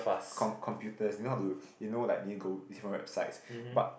computers you know how to you know like is from websites but